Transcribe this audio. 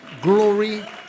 glory